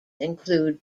include